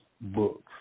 books